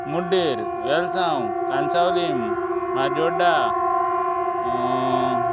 Mudder Velsao Cansaulim Majorda